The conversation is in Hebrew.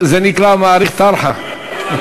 זה נקרא מאריך טרחא.